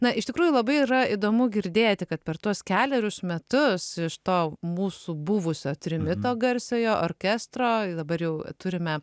na iš tikrųjų labai yra įdomu girdėti kad per tuos kelerius metus iš to mūsų buvusio trimito garsiojo orkestro dabar jau turime